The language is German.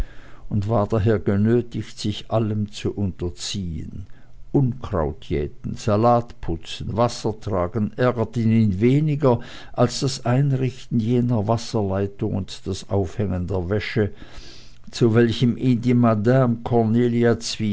und war daher genötigt sich allem zu unterziehen unkraut jäten salat putzen wasser tragen ärgerten ihn weniger als das einrichten jener wasserleitung und das aufhängen der wäsche zu welchem ihn die madame cornelia